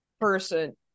person